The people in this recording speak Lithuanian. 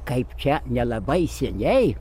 kaip čia nelabai seniai